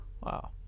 Wow